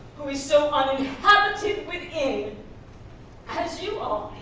who is so uninhabited within as you are.